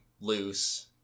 loose